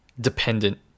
dependent